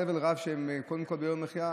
סבל רב של יוקר המחיה.